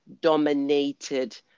dominated